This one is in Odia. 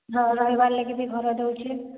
ହଁ ରହିବାର୍ ଲାଗି ବି ଘର ଦେଉଛି